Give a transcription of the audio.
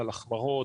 על החמרה,